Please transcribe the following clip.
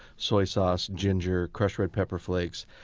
soy sauce, ginger, crushed red pepper flakes,